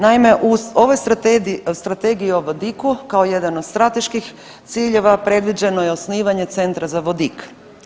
Naime, u ovoj Strategiji o vodiku kao jedan od strateških ciljeva predviđeno je osnivanje centra za vodik.